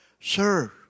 sir